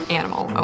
animal